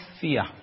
fear